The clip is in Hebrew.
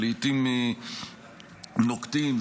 שלעיתים נוקטים,